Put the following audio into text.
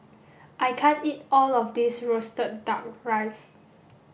I can't eat all of this roasted duck rice